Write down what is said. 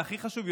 והכי חשוב,